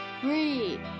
three